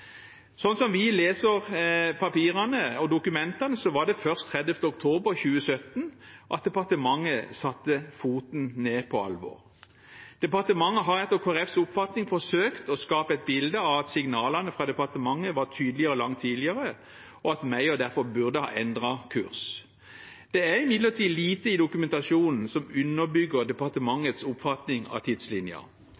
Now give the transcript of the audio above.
vi leser papirene og dokumentene, var det først 30. oktober 2017 at departementet satte foten ned for alvor. Departementet har, etter Kristelig Folkepartis oppfatning, forsøkt å skape et bilde av at signalene fra departementet var tydeligere langt tidligere, og at Meyer derfor burde har endret kurs. Det er imidlertid lite i dokumentasjonen som underbygger